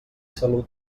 salut